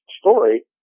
story